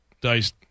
dice